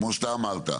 כמו שאתה אמרת,